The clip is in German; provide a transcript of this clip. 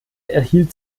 erhielt